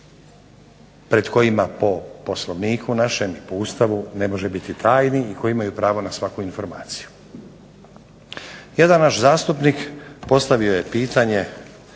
pred kojima po Poslovniku našem i po Ustavu ne može biti tajni i koji imaju pravo na svaku informaciju. Jedan naš zastupnik postavio je pitanje